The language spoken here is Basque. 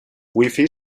wifi